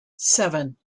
seven